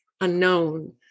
unknown